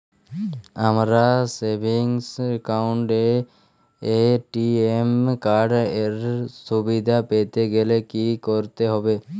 আমার savings account এ ATM card এর সুবিধা পেতে গেলে কি করতে হবে?